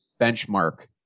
benchmark